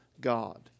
God